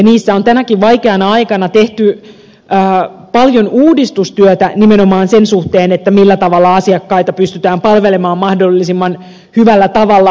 niissä on tänäkin vaikeana aikana tehty paljon uudistustyötä nimenomaan sen suhteen millä tavalla asiakkaita pystytään palvelemaan mahdollisimman hyvällä tavalla